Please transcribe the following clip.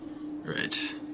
Right